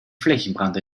flächenbrand